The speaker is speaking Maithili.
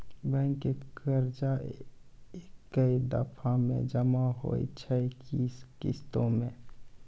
बैंक के कर्जा ऐकै दफ़ा मे जमा होय छै कि किस्तो मे?